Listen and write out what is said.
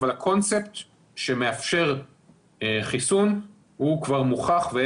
אבל הקונספט שמאפשר חיסון כבר מוכח.